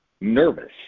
nervous